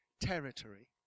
territory